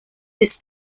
this